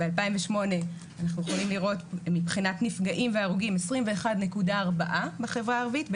ב-2008 אנחנו יכולים לראות מבחינת נפגעים והרוגים 21.4 בחברה הערבית,